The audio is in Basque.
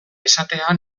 esatea